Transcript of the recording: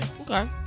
Okay